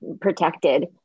protected